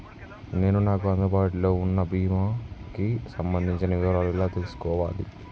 నేను నాకు అందుబాటులో ఉన్న బీమా కి సంబంధించిన వివరాలు ఎలా తెలుసుకోవాలి?